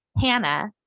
Hannah